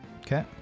Okay